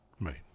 right